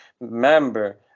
member